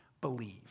believe